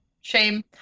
Shame